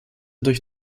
durch